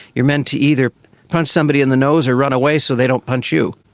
you are meant to either punch somebody in the nose or run away so they don't punch you.